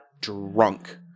drunk